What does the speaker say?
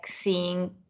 seeing